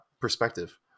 perspective